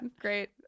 Great